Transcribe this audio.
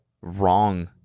wrong